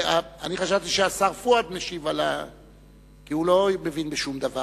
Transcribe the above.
חשבתי שהשר פואד משיב כי הוא לא מבין בשום דבר,